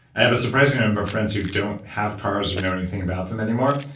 i have a surprising number of friends who don't have cars or know anything about them anymore.